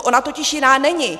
Ona totiž jiná není.